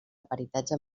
peritatge